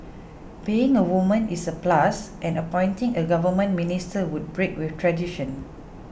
being a woman is a plus and appointing a government minister would break with tradition